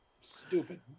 Stupid